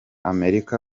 amerika